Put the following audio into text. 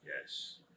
Yes